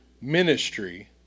ministry